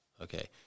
Okay